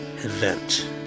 event